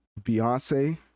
Beyonce